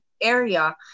area